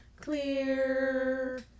clear